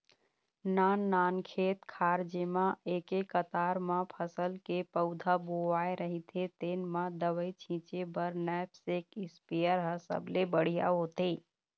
नाननान खेत खार जेमा एके कतार म फसल के पउधा बोवाए रहिथे तेन म दवई छिंचे बर नैपसेक इस्पेयर ह सबले बड़िहा होथे